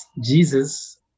Jesus